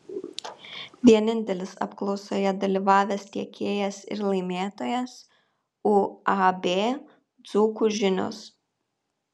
vienintelis apklausoje dalyvavęs tiekėjas ir laimėtojas uab dzūkų žinios